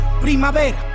primavera